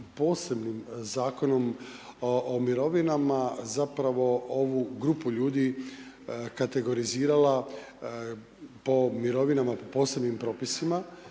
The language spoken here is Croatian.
posebnim zakonom o mirovinama zapravo ovu grupu ljudi kategorizirala po mirovinama, posebnim propisima,